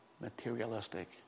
materialistic